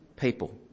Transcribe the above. people